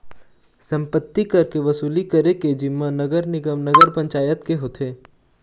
सम्पत्ति कर के वसूली करे के जिम्मा नगर निगम, नगर पंचायत के होथे